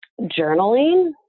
journaling